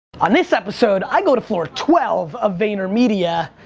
on this episode, i go to floor twelve of vaynermedia,